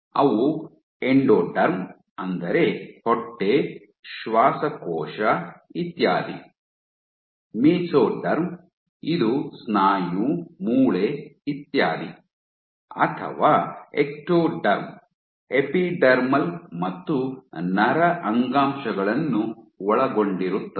ಅವು ಎಂಡೋಡರ್ಮ್ ಅಂದರೆ ಹೊಟ್ಟೆ ಶ್ವಾಸಕೋಶ ಇತ್ಯಾದಿ ಮೆಸೊಡರ್ಮ್ ಇದು ಸ್ನಾಯು ಮೂಳೆ ಇತ್ಯಾದಿ ಅಥವಾ ಎಕ್ಟೊಡರ್ಮ್ ಎಪಿಡರ್ಮಲ್ ಮತ್ತು ನರ ಅಂಗಾಂಶಗಳನ್ನು ಒಳಗೊಂಡಿರುತ್ತದೆ